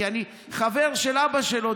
כי אני חבר של אבא שלו,